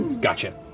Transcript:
Gotcha